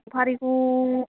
सफारिखौ